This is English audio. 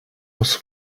was